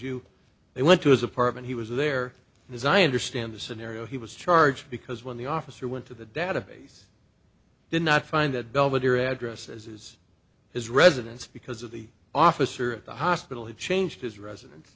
you they went to his apartment he was there and as i understand the scenario he was charged because when the officer went to the database did not find at belvedere address as is his residence because the officer at the hospital had changed his residen